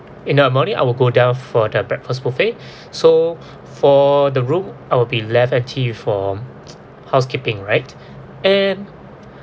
in the morning I will go down for the breakfast buffet so for the room I will be left empty for housekeeping right and